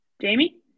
Jamie